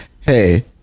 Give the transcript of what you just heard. Hey